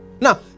Now